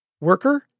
Worker